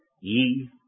ye